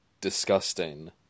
disgusting